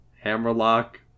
Hammerlock